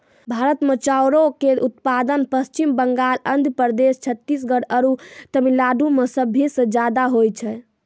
भारत मे चाउरो के उत्पादन पश्चिम बंगाल, आंध्र प्रदेश, छत्तीसगढ़ आरु तमिलनाडु मे सभे से ज्यादा होय छै